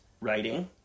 writing